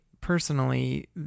personally